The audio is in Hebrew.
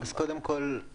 קודם כל,